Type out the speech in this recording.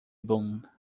bone